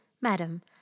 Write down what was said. Madam